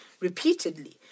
repeatedly